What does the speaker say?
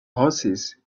horses